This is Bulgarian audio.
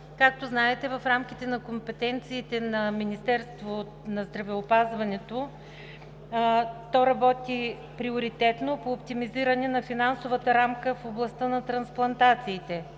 както знаете, в рамките на компетенциите на Министерството на здравеопазването е, че работи приоритетно по оптимизиране на финансовата рамка в областта на трансплантациите.